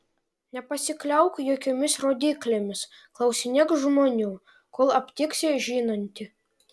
nepasikliauk jokiomis rodyklėmis klausinėk žmonių kol aptiksi žinantį